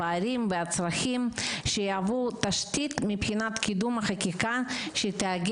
הפערים והצרכים שיהוו תשתית מבחינת קידום החקיקה שתוודא